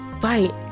fight